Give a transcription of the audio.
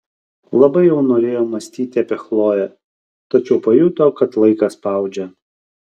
labai jau norėjo mąstyti apie chloję tačiau pajuto kad laikas spaudžia